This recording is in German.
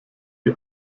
die